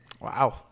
Wow